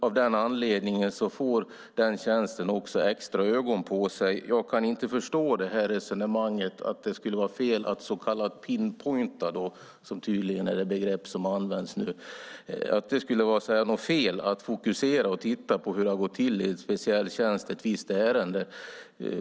Av den anledningen får tjänsten också extra ögon på sig. Jag kan inte förstå resonemanget att det skulle vara fel att så kallat "pinpointa", som tydligen är det begrepp som används nu, och fokusera och titta på hur det har gått till i en speciell tjänst i ett visst ärende.